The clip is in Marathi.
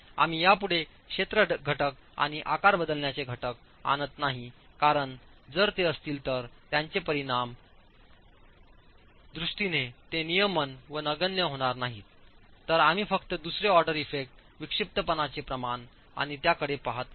आम्ही यापुढे क्षेत्र घटक आणि आकार बदलण्याचे घटक आणत नाही कारण जर ते असतील तर त्यांचे परिणाम दृष्टीने ते नियमन व नगण्य होणार नाहीत तर आम्ही फक्त दुसरे ऑर्डर इफेक्ट विक्षिप्तपणाचे प्रमाण आणि त्याकडे पाहत आहोत